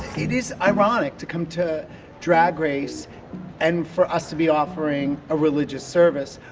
it is ironic to come to drag race and for us to be offering a religious service,